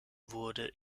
wurde